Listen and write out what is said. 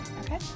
Okay